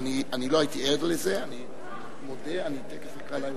אני אציג את שני הנושאים ביחד,